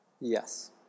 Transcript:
Yes